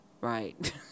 right